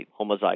homozygous